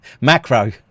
macro